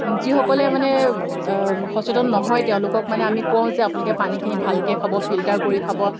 যিসকলে মানে সচেতন নহয় তেওঁলোকক মানে আমি কওঁ যে আপোনালোকে পানীখিনি ভালকৈ খাব ফিল্টাৰ কৰি খাব